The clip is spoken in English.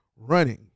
running